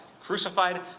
Crucified